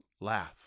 laugh